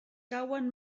cauen